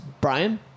Brian